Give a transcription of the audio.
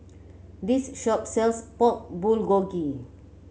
this shop sells Pork Bulgogi